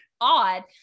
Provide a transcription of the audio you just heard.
odd